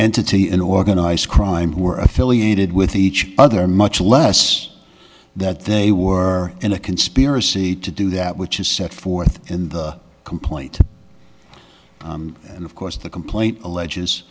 entity in organized crime who are affiliated with each other much less that they were in a conspiracy to do that which is set forth in the complaint and of course the complaint alleges